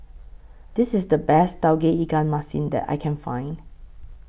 This IS The Best Tauge Ikan Masin that I Can Find